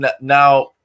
now